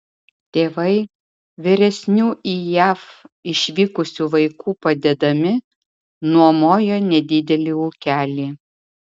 tėvai vyresnių į jav išvykusių vaikų padedami nuomojo nedidelį ūkelį